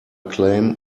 claim